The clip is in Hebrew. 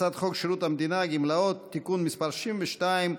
הצעת חוק שירות המדינה (גמלאות) (תיקון מס' 62)